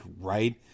right